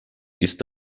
ist